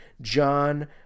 John